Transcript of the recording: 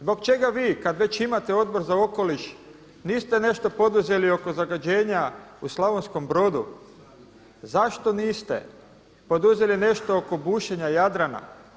Zbog čega vi kad već imate Odbor za okoliš niste nešto poduzeli oko zagađenja u Slavonskom Brodu, zašto niste poduzeli nešto oko bušenja Jadrana?